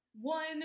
One